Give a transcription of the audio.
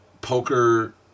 poker